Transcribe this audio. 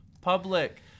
public